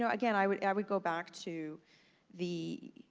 you know again, i would i would go back to the